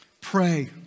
pray